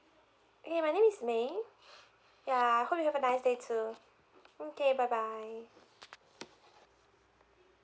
okay my name is may ya hope you have a nice day too okay bye bye